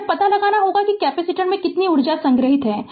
यह पता लगाना होगा कि कैपेसिटर में कितनी ऊर्जा संग्रहीत है